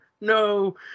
No